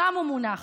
שם הוא מונח.